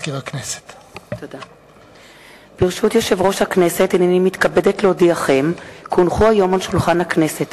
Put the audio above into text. הונחו היום על שולחן הכנסת,